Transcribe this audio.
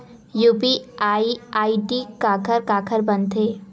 UPI ID काखर काखर बनथे?